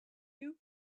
you